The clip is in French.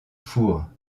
four